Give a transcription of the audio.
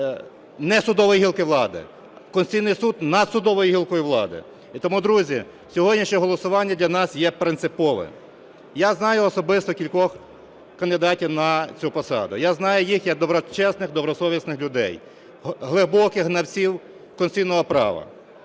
не судової гілки влади, Конституційний Суд – над судовою гілкою влади. І тому, друзі, сьогоднішнє голосування для нас є принциповим. Я знаю особисто кількох кандидатів на цю посаду. Я знаю їх як доброчесних, добросовісних людей, глибоких знавців конституційного права.